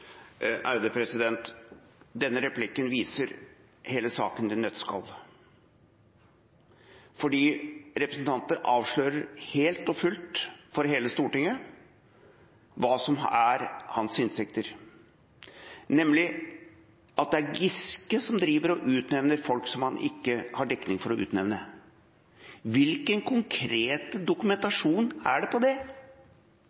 Denne replikken viser hele saken i et nøtteskall. Representanten avslører helt og fullt for hele Stortinget hva som er hans hensikt, nemlig å vise at det er statsråd Giske som utnevner folk som han ikke har dekning for å utnevne. Hvilken